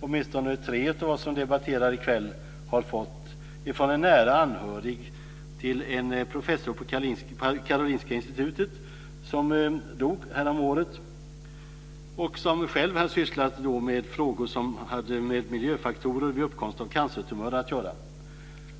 åtminstone tre av oss som debatterar i kväll har fått från en nära anhörig till en professor på Karolinska Institutet som dog häromåret och som själv hade sysslat med frågor som hade med miljöfaktorer vid uppkomst av cancertumörer att göra.